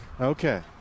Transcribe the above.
Okay